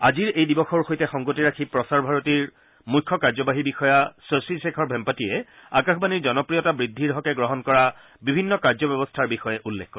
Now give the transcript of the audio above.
আজিৰ এই দিৱসৰ সৈতে সংগতি ৰাখি প্ৰসাৰ ভাৰতীৰ মুখ্য কাৰ্যবাহী বিষয়া শশী শেখৰ ভেম্পাটিয়ে আকাশবাণীৰ জনপ্ৰিয়তা বৃদ্ধিৰ হকে গ্ৰহণ কৰা বিভিন্ন কাৰ্যব্যৱস্থাৰ বিষয়ে উল্লেখ কৰে